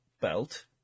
belt